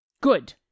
Good